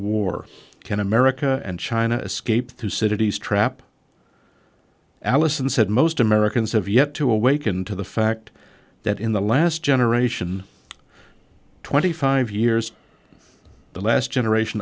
war can america and china escape through cities trap alison said most americans have yet to awaken to the fact that in the last generation twenty five years the last generation